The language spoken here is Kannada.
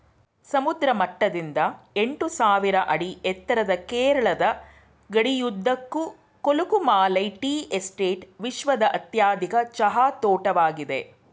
ಸಮುದ್ರ ಮಟ್ಟದಿಂದ ಎಂಟುಸಾವಿರ ಅಡಿ ಎತ್ತರದ ಕೇರಳದ ಗಡಿಯುದ್ದಕ್ಕೂ ಕೊಲುಕುಮಾಲೈ ಟೀ ಎಸ್ಟೇಟ್ ವಿಶ್ವದ ಅತ್ಯಧಿಕ ಚಹಾ ತೋಟವಾಗಿದೆ